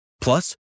Plus